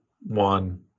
one